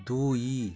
ଦୁଇ